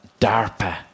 DARPA